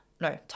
No